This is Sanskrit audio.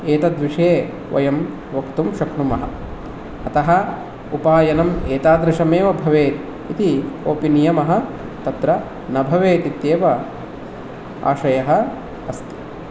एतद्विषये वयं वक्तुं शक्नुमः अतः उपायनम् एतादृशमेव भवेत् इति कोऽपि नियमः तत्र न भवेत् इत्येव आशयः अस्ति